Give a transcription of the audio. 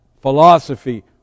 philosophy